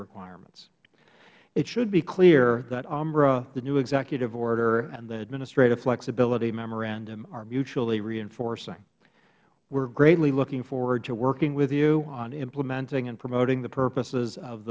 requirements it should be clear that umra the new executive order and the administrative flexibility memorandum are mutually reinforcing we are greatly looking forward to working with you on implementing and promoting the purposes of